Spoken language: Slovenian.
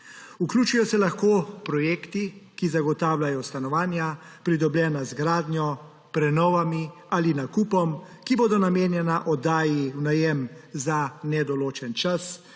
Vključijo se lahko projekti, ki zagotavljajo stanovanja, pridobljena z gradnjo, prenovami ali nakupom, ki bodo namenjena oddaji v najem za nedoločen čas